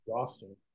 exhausting